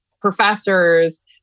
professors